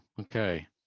okay